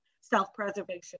self-preservation